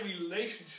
relationship